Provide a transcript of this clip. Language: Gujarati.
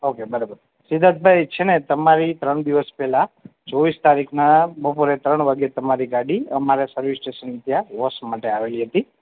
ઓકે બરાબર સિદ્ધાર્થભાઈ છે ને તમારી ત્રણ દિવસ પહેલાં ચોવીસ તારીખના બપોરે ત્રણ વાગે તમારી ગાડી અમારા સર્વિસ સ્ટેશનને ત્યાં વોશ માટે આવેલી હતી